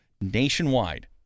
nationwide